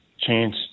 chance